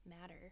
matter